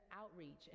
outreach